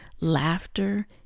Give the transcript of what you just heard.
laughter